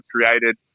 created –